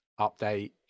update